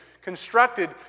constructed